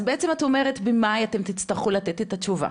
אז את אומרת שבמאי אתם תצטרכו לתת את התשובה,